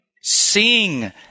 Sing